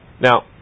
Now